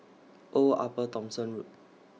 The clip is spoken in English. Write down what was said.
Old Upper Thomson Road